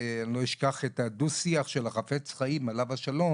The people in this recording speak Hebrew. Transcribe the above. אני לא אשכח את הדו שיח של החפץ חיים עליו השלום